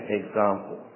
example